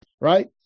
right